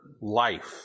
life